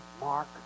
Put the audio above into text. Mark